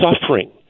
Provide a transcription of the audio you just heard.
suffering